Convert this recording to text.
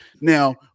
Now